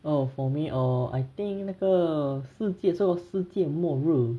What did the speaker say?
oh for me err I think 那个世界什么世界末日